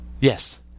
Yes